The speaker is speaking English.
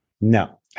No